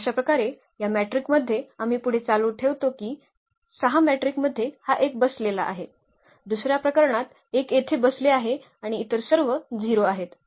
आणि अशाप्रकारे या मॅट्रिक्स मध्ये आम्ही पुढे चालू ठेवतो की ही 6 मॅट्रिक मध्ये हा १ बसलेला आहे दुसर्या प्रकरणात १ येथे बसले आहे आणि इतर सर्व 0 आहेत